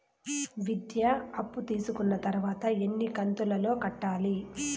విద్య అప్పు తీసుకున్న తర్వాత ఎన్ని కంతుల లో కట్టాలి?